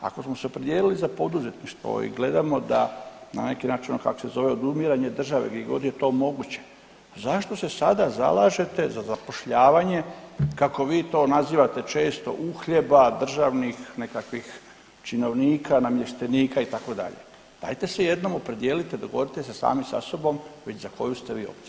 Ako smo se opredijelili za poduzetništvo i gledamo da na neki način ono kako se zove, odumiranje države gdje god je to moguće, zašto se sada zalažete za zapošljavanje kako vi to nazivate često uhljeba državnih nekakvih činovnika, namještenika itd., dajte se jednom opredijelite, dogovorite se sami sa sobom već za koju ste vi opciju.